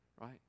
right